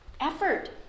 effort